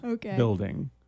building